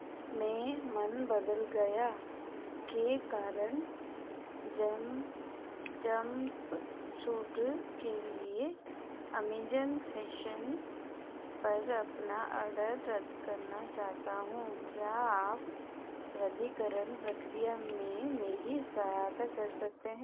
मैं मन बदल गया के कारण जम जंपसूट के लिए अमेज़ॉन फैशन पर अपना ऑर्डर रद्द करना चाहता हूँ क्या आप रद्दीकरण प्रक्रिया में मेरी सहायता कर सकते हैं